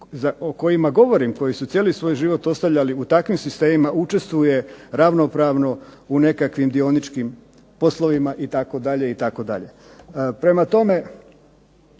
koji su cijeli svoj život ostavljali u takvim sistemima učestvuje ravnopravno u nekakvim dioničkim poslovima, itd., itd. Prema tome,